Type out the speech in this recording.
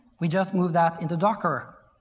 we just move that into docker.